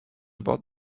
about